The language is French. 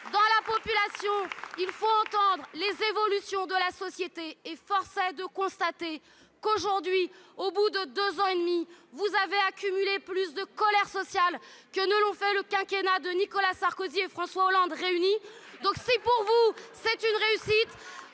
dit la population. Il faut entendre les évolutions de la société ! Or force est de constater qu'aujourd'hui, au bout de deux ans et demi, vous avez accumulé plus de colère sociale qu'il n'y en a eu sous les quinquennats de Nicolas Sarkozy et François Hollande réunis. Est-ce pour vous un gage de réussite